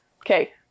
Okay